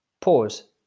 pause